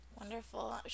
Wonderful